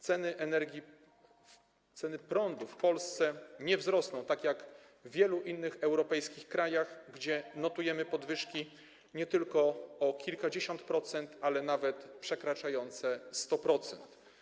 Ceny energii, ceny prądu w Polsce nie wzrosną tak jak w wielu innych europejskich krajach, gdzie notujemy podwyżki nie tylko o kilkadziesiąt procent, ale nawet przekraczające 100%.